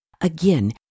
Again